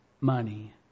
money